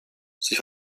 sie